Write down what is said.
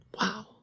Wow